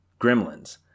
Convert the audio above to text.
gremlins